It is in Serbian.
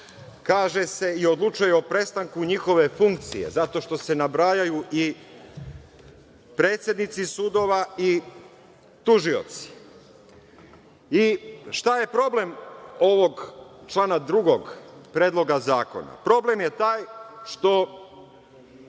kaže se i odlučuje o prestanku njihove funkcije, zato što se nabrajaju i predsednici sudova i tužioci. Šta je problem ovog člana drugog predloga zakona? Problem je taj što